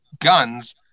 guns